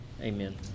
Amen